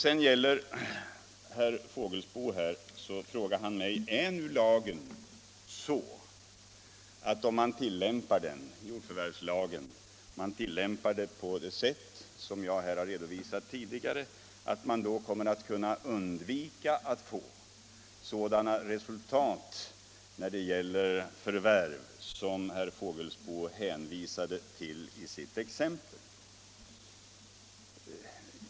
Herr Fågelsbo frågade om man genom jordförvärvslagen, tillämpad på det sätt som jag har redovisat tidigare, kommer att kunna undvika sådana resultat när det gäller nyförvärv som det herr Fågelsbo hänvisade till i sitt exempel.